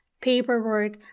paperwork